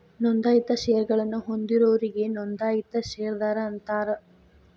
ನೋಂದಾಯಿತ ಷೇರಗಳನ್ನ ಹೊಂದಿದೋರಿಗಿ ನೋಂದಾಯಿತ ಷೇರದಾರ ಅಂತಾರ